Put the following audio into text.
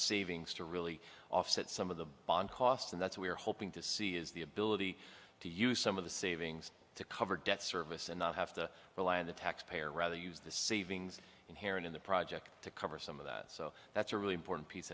savings to really offset some of the bond cost and that's we're hoping to see is the ability to use some of the savings to cover debt service and not have to rely on the taxpayer rather use the savings inherent in the project to cover some of that so that's a really important piece